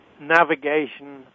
navigation